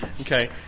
Okay